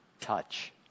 touch